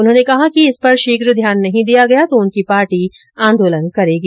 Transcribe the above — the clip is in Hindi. उन्होंने कहा कि इस पर शीघ्र ध्यान नहीं दिया गया तो उनकी पार्टी आंदोलन करेगी